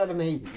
ah me.